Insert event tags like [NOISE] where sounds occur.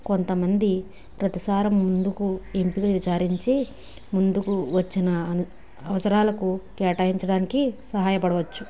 కొంతమంది ప్రతీసారం ముందుకు [UNINTELLIGIBLE] విచారించి ముందుకు వచ్చిన అవసరాలకు కేటాయించడానికి సహాయపడవచ్చు